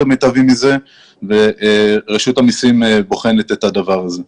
מיטבי מזה ורשות המסים בוחנת את הדבר הזה.